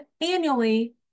annually